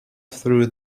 through